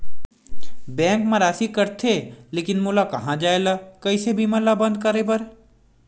Bank मा राशि कटथे लेकिन मोला कहां जाय ला कइसे बीमा ला बंद करे बार?